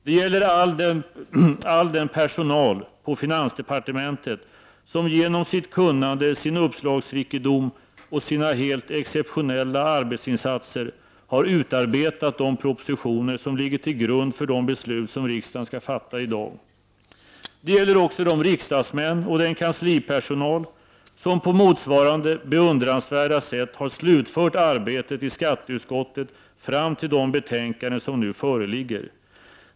Det gäller all den personal på finansdepartementet, som genom sitt kunnande, sin uppslagsrikedom och sina helt exceptionella arbetsinsatser har utarbetat de propositioner som ligger till grund för de beslut som riksdagen skall fatta i dag. Det gäller också de riksdagsmän och den kanslipersonal som på motsvarande beundransvärda sätt har slutfört arbetet i skatteutskottet fram till de betänkanden som nu föreligger.